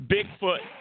Bigfoot